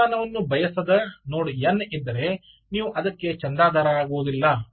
ತಾಪಮಾನವನ್ನು ಬಯಸದ ನೋಡ್ n ಇದ್ದರೆ ನೀವು ಅದಕ್ಕೆ ಚಂದಾದಾರರಾಗುವುದಿಲ್ಲ